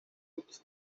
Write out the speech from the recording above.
بود